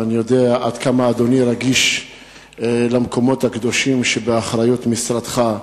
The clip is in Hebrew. ואני יודע עד כמה אדוני רגיש למקומות הקדושים שבאחריות משרדך.